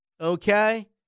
okay